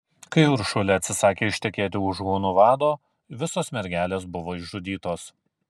kai uršulė atsisakė ištekėti už hunų vado visos mergelės buvo išžudytos